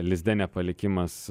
lizde nepalikimas